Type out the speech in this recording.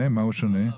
במה הוא שונה?